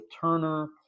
Turner